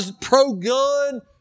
pro-gun